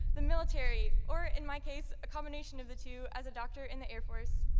the military, or in my case, a combination of the two as a doctor in the air force,